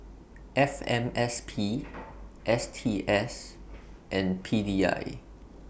F M S P S T S and P D I